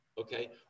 okay